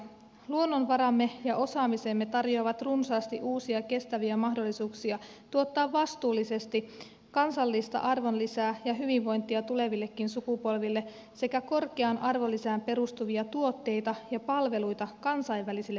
luonnonvaramme ja osaamisemme tarjoavat runsaasti uusia kestäviä mahdollisuuksia tuottaa vastuullisesti kansallista arvonlisää ja hyvinvointia tulevillekin sukupolville sekä korkeaan arvonlisään perustuvia tuotteita ja palveluita kansainvälisille markkinoille